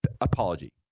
apology